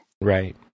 Right